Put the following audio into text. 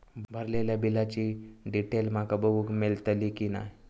भरलेल्या बिलाची डिटेल माका बघूक मेलटली की नाय?